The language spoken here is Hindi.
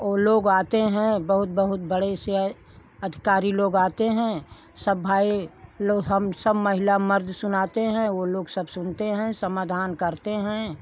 ओ लोग आते हैं बहुत बहुत बड़े से अधिकारी लोग आते हैं सब भाई लो हम सब महिला मर्द सुनाते हैं वो लोग सब सुनते हैं समाधान करते हैं